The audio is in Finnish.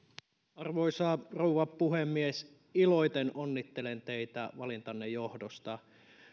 arvoisa rouva puhemies iloiten onnittelen teitä valintanne johdosta